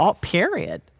Period